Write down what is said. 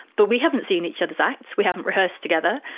but we haven't seen each other's acts, we haven't rehearsed together.